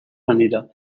manera